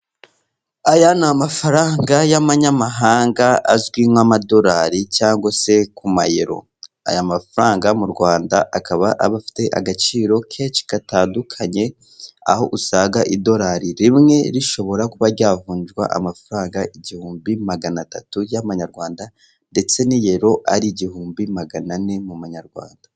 Aya ni amafaranga y'abanyamahanga azwi nk'amadorari cyangwa se ku mayero, aya mafaranga mu Rwanda akaba abafite agaciro kenshi gatandukanye, aho usaga idorari rimwe rishobora kuba ryavunjwa amafaranga igihumbi magana atatu y'amanyarwanda, ndetse n'inyero ari igihumbi magana ane mu manyarwanda.